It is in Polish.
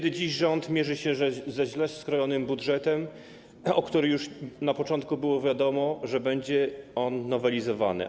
Dziś rząd mierzy się ze źle skrojonym budżetem, o którym już na początku było wiadomo, że będzie on nowelizowany.